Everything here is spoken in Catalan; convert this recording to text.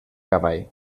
cavall